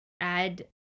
add